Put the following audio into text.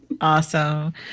Awesome